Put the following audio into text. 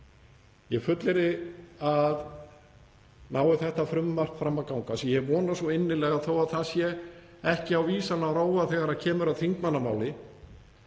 Ég fullyrði að nái þetta frumvarp fram að ganga, sem ég vona svo innilega þó að ekki sé á vísan að róa þegar kemur að þingmannamáli,